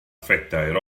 phedair